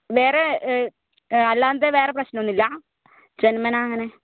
വേറെ അല്ലാതെ വേറെ പ്രശ്നമൊന്നുമില്ല ജന്മനാ അങ്ങനെ